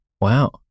Wow